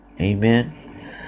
Amen